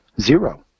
zero